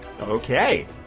Okay